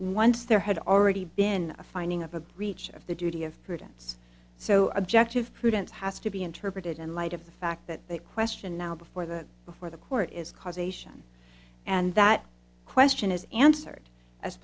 once there had already been a finding of a breach of the duty of prudence so objective prudence has to be interpreted in light of the fact that that question now before the before the court is causation and that question is answered as